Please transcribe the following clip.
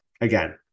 Again